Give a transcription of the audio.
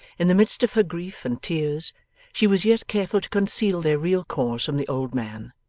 in the midst of her grief and tears she was yet careful to conceal their real cause from the old man,